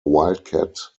wildcat